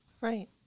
Right